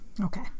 okay